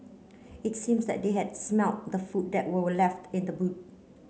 it seems that they had smelt the food that were we left in the boot